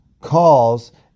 calls